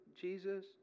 Jesus